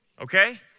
Okay